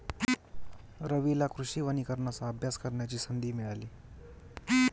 रवीला कृषी वनीकरणाचा अभ्यास करण्याची संधी मिळाली